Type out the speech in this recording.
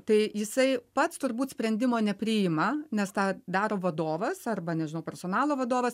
tai jisai pats turbūt sprendimo nepriima nes tą daro vadovas arba nežinau personalo vadovas